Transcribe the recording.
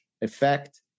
effect